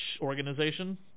organization